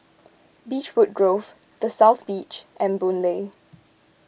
Beechwood Grove the South Beach and Boon Lay